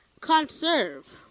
Conserve